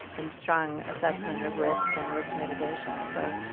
and strong assessment of risk and risk mitigation. so,